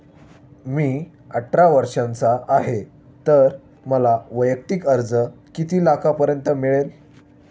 मी अठरा वर्षांचा आहे तर मला वैयक्तिक कर्ज किती लाखांपर्यंत मिळेल?